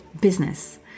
business